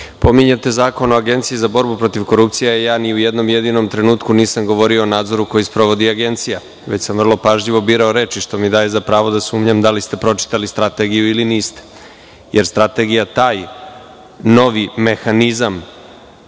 Pominjete Zakon o Agenciji za borbu protiv korupcije, a ja ni u jednom jedinom trenutku nisam govorio o nadzoru koji sprovodi Agencija, već sam vrlo pažljivo birao reči, što mi daje za pravo da sumnjam da li ste pročitali strategiju ili niste, jer strategija taj novi mehanizam